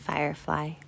Firefly